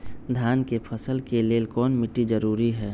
धान के फसल के लेल कौन मिट्टी जरूरी है?